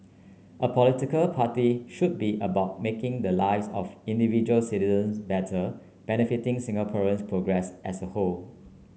a political party should be about making the lives of individual citizens better benefiting Singaporeans progress as a whole